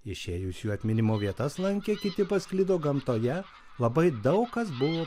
išėjusių atminimo vietas lankė kiti pasklido gamtoje labai daug kas buvo